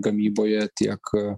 gamyboje tiek